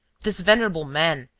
this venerable man,